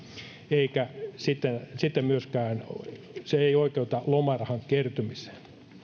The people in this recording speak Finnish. eikä se siten myöskään oikeuta lomarahan kertymiseen